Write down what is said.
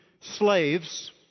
slaves